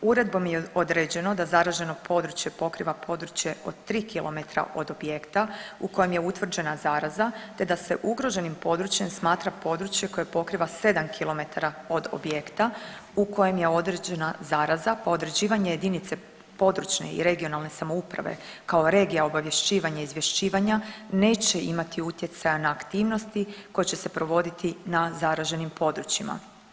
Uredbom je određeno da zaraženo područje pokriva područje od 3 km od objekta u kojem je utvrđena zaraza te da se ugroženim područjem smatra područje koje pokriva 7 km od objekta u kojem je određena zaraza, pa određivanje jedinice područje i regionalne samouprave kao regija obavješćivanja, izvješćivanja neće imati utjecaja na aktivnosti koje će se provoditi na zaraženim područjima.